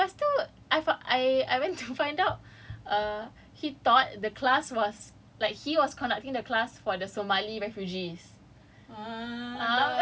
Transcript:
he was just like ya sure sure lepas tu I I went to find out err he thought the class was like he was conducting the class for the somali refugees